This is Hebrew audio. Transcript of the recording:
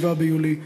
7 ביולי,